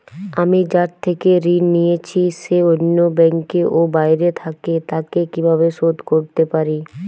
আমি যার থেকে ঋণ নিয়েছে সে অন্য ব্যাংকে ও বাইরে থাকে, তাকে কীভাবে শোধ করতে পারি?